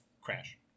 Crash